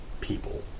People